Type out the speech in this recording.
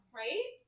right